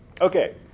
Okay